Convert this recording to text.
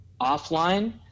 offline